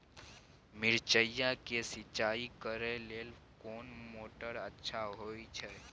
मिर्चाय के सिंचाई करे लेल कोन मोटर अच्छा होय छै?